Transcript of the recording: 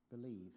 believe